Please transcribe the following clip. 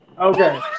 Okay